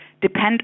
depend